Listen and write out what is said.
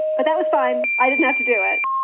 but that was fine. i didn't have to do it.